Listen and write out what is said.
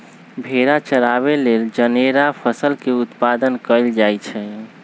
भेड़ा चराबे लेल जनेरा फसल के उत्पादन कएल जाए छै